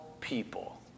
people